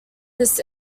this